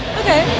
okay